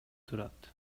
турат